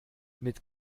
mit